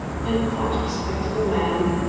and quite a respectable man!